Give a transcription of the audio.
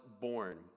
born